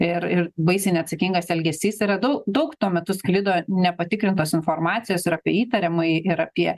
ir ir baisiai neatsakingas elgesys yra dau daug tuo metu sklido nepatikrintos informacijos ir apie įtariamąjį ir apie